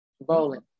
bowling